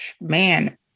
Man